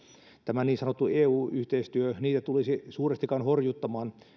tämä niin sanottu eu yhteistyö niitä tulisi suurestikaan horjuttamaan